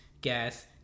gas